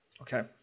Okay